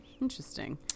Interesting